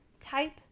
type